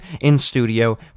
in-studio